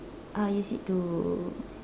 I'll use it to